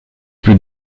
plus